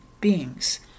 beings